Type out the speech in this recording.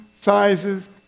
sizes